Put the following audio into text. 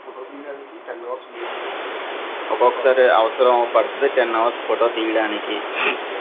photo తీయడానికి ten hours wait చేయాలి ఒక్కొక్కసారి అవసరం పడుతుంది టెన్ అవర్స్ ఫోటో తీయడానికి